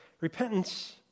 Repentance